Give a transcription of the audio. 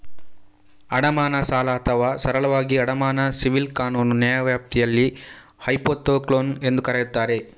ಅಡಮಾನ ಸಾಲ ಅಥವಾ ಸರಳವಾಗಿ ಅಡಮಾನ ಸಿವಿಲ್ ಕಾನೂನು ನ್ಯಾಯವ್ಯಾಪ್ತಿಯಲ್ಲಿ ಹೈಪೋಥೆಕ್ಲೋನ್ ಎಂದೂ ಕರೆಯುತ್ತಾರೆ